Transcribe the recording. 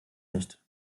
nicht